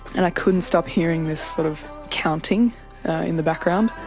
and i couldn't stop hearing this sort of counting in the background,